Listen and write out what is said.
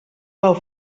pel